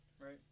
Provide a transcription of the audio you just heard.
right